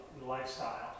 lifestyle